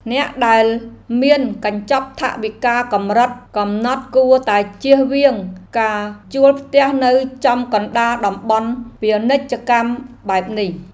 អ្នកដែលមានកញ្ចប់ថវិកាកម្រិតកំណត់គួរតែជៀសវាងការជួលផ្ទះនៅចំកណ្តាលតំបន់ពាណិជ្ជកម្មបែបនេះ។